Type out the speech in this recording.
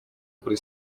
kuri